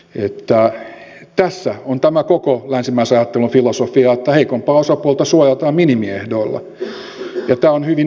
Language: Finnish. että tässä on tämä koko länsimaisen ajattelun filosofia että heikompaa osapuolta suojataan minimiehdoilla ja tämä on hyvin yleinen